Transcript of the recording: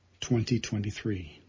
2023